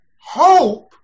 hope